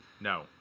No